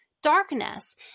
darkness